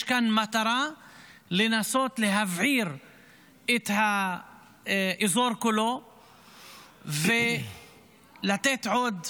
יש כאן מטרה לנסות להבעיר את האזור כולו ולתת עוד